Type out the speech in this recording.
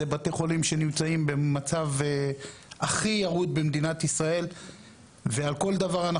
אלה בתי חולים שנמצאים במצב הכי ירוד בישראל ונברך על כל דבר.